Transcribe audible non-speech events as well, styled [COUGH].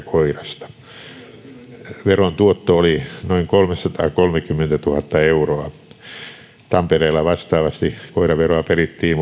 [UNINTELLIGIBLE] koirasta veron tuotto oli noin kolmesataakolmekymmentätuhatta euroa tampereella vastaavasti vuonna kaksituhattakuusitoista koiraveroa perittiin [UNINTELLIGIBLE]